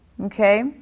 Okay